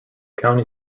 county